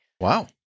Wow